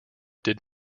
did